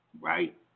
right